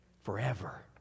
forever